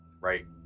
right